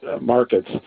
markets